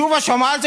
למה 50?